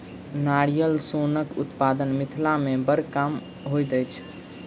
नारियल सोनक उत्पादन मिथिला मे बड़ कम होइत अछि